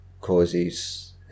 causes